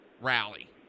rally